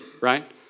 right